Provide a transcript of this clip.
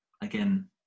again